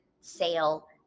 sale